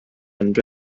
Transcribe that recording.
and